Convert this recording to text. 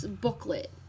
booklet